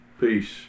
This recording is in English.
Peace